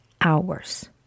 hours